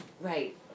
Right